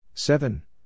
Seven